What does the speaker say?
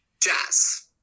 jazz